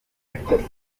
edges